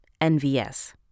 NVS